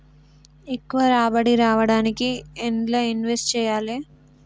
ఎక్కువ రాబడి రావడానికి ఎండ్ల ఇన్వెస్ట్ చేయాలే?